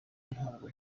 ntabwo